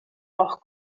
auch